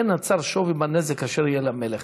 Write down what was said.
אין הצר שווה בנזק אשר יהיה למלך.